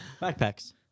Backpacks